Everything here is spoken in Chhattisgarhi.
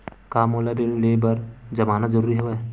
का मोला ऋण ले बर जमानत जरूरी हवय?